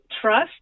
trust